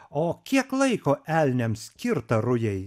o kiek laiko elniams skirta rujai